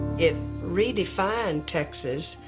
it redefined texas